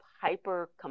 hyper